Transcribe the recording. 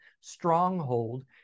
stronghold